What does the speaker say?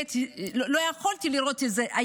לא יכולתי לראות את זה,